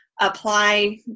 apply